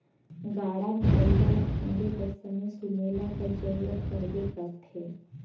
गाड़ा मे बइला ल फादे कर समे सुमेला कर जरूरत परबे करथे